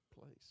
place